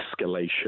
escalation